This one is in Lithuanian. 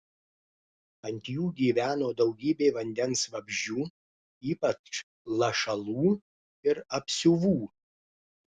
ant jų gyveno daugybė vandens vabzdžių ypač lašalų ir apsiuvų